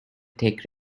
tech